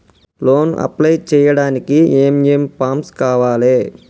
Loan apply చేయడానికి ఏం ఏం ఫామ్స్ కావాలే?